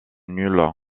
nulle